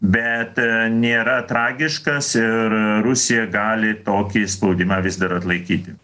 bet nėra tragiškas ir rusija gali tokį spaudimą vis dar atlaikyti